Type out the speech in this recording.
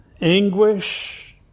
anguish